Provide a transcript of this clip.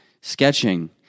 sketching